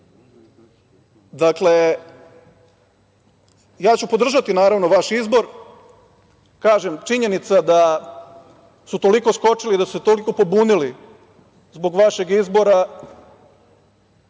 živimo. Dakle, podržaću naravno vaš izbor. Kažem, činjenica je da su toliko skočili, da su se toliko pobunili zbog vašeg izbora